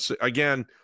again